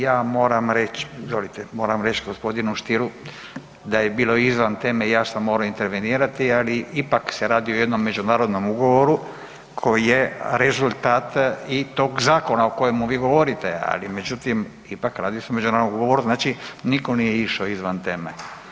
Ja moram reć, izvolite, moram reć g. Stieru da je bilo izvan teme i ja sam moram intervenirati ali ipak se radi o jednom međunarodnom ugovoru koji je rezultat i tog zakona o kojemu vi govorite, ali međutim ipak radi se o međunarodnom ugovoru, znači niko nije išao izvan teme.